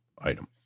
item